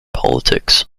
politics